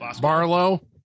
Barlow